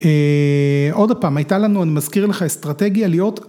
עוד הפעם, הייתה לנו, אני מזכיר לך אסטרטגיה להיות.